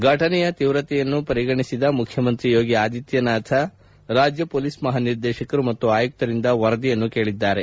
ಫಟನೆಯ ಶೀವ್ರತೆಯನ್ನು ಪರಿಗಣಿಸಿದ ಮುಖ್ಯಮಂತ್ರಿ ಯೋಗಿ ಆದಿತ್ಯನಾಥ್ ರಾಜ್ಯ ಮೊಲೀಸ್ ಮಹಾನಿರ್ದೇಶಕರು ಮತ್ತು ಆಯುಕ್ತರಿಂದ ವರದಿಯನ್ನು ಕೇಳಿದ್ದಾರೆ